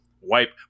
wipe